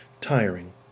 tiring